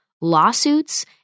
lawsuits